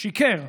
שיקר.